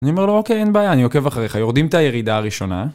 אני אומר לו אוקיי, אין בעיה, אני עוקב אחריך, יורדים את הירידה הראשונה